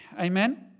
Amen